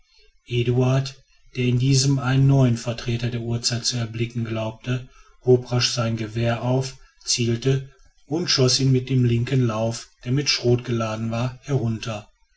eduard der in diesem einen neuen vertreter der urzeit zu erblicken glaubte hob rasch sein gewehr auf zielte und schoß ihn mit dem linken lauf der mit schrot geladen war herunter